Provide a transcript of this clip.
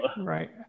right